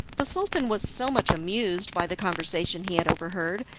the sultan was so much amused by the conversation he had overheard,